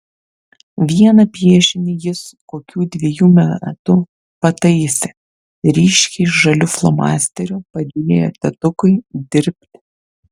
vieną piešinį jis kokių dvejų metų pataisė ryškiai žaliu flomasteriu padėjo tėtukui dirbti